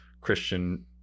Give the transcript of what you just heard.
Christian